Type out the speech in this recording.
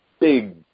big